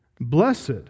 Blessed